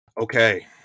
Okay